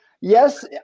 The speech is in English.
yes